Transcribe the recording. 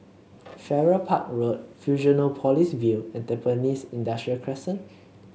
Farrer Park Road Fusionopolis View and Tampines Industrial Crescent